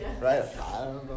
right